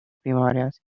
primarias